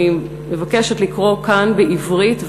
אני מבקשת לקרוא כאן בעברית,